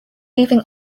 leaving